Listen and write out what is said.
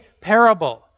parable